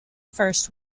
first